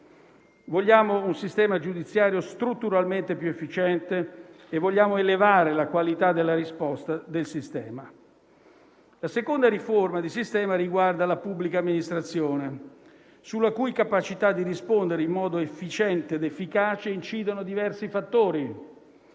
vogliamo un sistema giudiziario strutturalmente più efficiente. Tutti noi vogliamo elevare la qualità della risposta del sistema. La seconda riforma di sistema riguarda la pubblica amministrazione, sulla cui capacità di rispondere in modo efficiente ed efficace incidono diversi fattori.